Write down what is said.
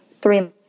three